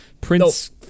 Prince